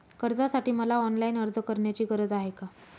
कर्जासाठी मला ऑनलाईन अर्ज करण्याची गरज आहे का?